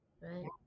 Right